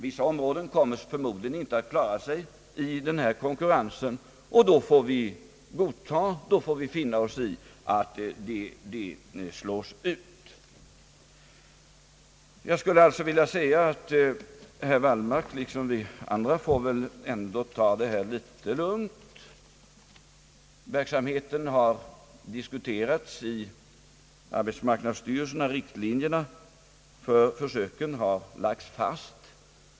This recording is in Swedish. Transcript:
Vissa områden kommer förmodligen inte att klara sig i denna konkurrens, och då måste vi finna oss i att de slås ut. Herr Wallmark måste alltså liksom vi andra ta detta litet lugnt. Verksamheten har diskuterats i arbetsmarknadsstyrelsen, och riktlinjerna för försöken har fastställts.